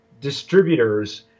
Distributors